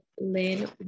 Lynn